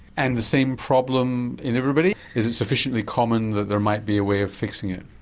and the same problem in everybody is it sufficiently common that there might be a way of fixing it?